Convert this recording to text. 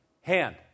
hand